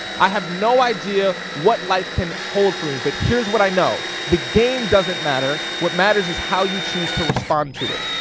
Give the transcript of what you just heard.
i have no idea what life can hold for me, but here's what i know. the game doesn't matter, what matters is how you choose to respond to it.